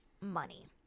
money